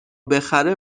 بخره